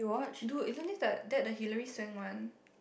dude isn't this the that the Hillary-Swank one